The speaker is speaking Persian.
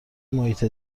محیط